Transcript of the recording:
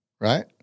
right